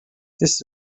this